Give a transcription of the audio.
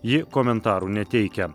ji komentarų neteikia